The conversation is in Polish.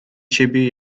ciebie